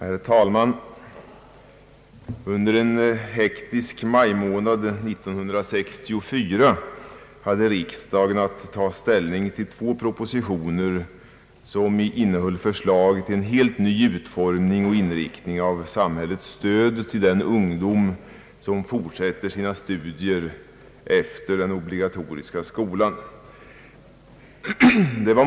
Herr talman! Under en jäktig majmånad 1964 hade riksdagen att ta ställning till två propositioner som innehöll förslag till en helt ny utformning och inriktning av samhällets stöd till den ungdom som fortsätter sina studier efter den obligatoriska skolan.